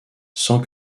sans